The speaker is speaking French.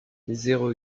zéro